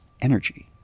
energy